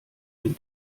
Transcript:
den